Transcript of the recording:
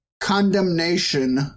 condemnation